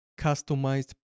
customized